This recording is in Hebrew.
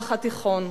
במזרח התיכון,